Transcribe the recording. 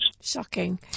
Shocking